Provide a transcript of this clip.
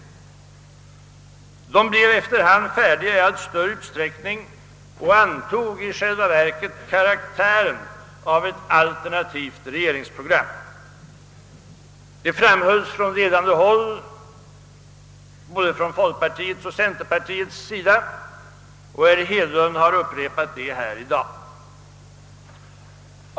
Dessa riktlinjer blev efter hand färdiga i allt större utsträckning och antog i själva verket karaktären av ett alternativt regeringsprogram. Detta framhölls från ledande håll inom både folkpartiet och centerpartiet, och herr Hedlund har upprepat det här i dag.